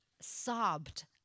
sobbed